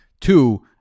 two